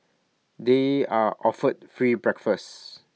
they are offered free breakfast